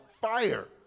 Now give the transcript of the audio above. fire